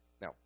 Now